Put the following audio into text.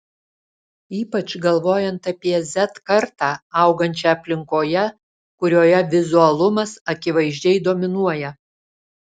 ypač galvojant apie z kartą augančią aplinkoje kurioje vizualumas akivaizdžiai dominuoja